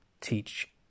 teach